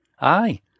Aye